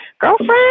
girlfriend